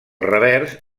revers